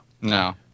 no